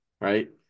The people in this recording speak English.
right